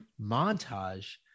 montage